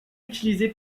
utilisé